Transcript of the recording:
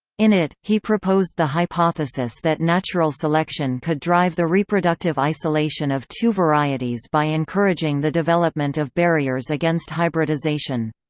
in it, he proposed the hypothesis that natural selection could drive the reproductive isolation of two varieties by encouraging the development of barriers against hybridisation.